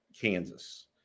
Kansas